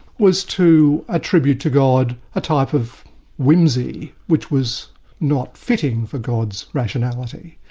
was to attribute to god a type of whimsy which was not fitting for god's rationality.